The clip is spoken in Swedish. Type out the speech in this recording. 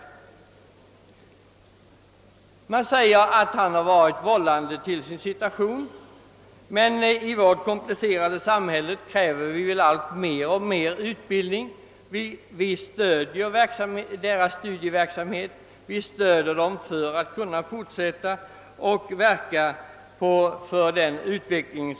Enligt nuvarande uppbördsregler anses han som vållande till sin situation, men i vårt komplicerade samhälle kräver vi mer och mer utbildning. Vi stöder studieverksamheten i syfte att utvecklingen skall kunna fortsätta såsom vi hoppas att den skall göra.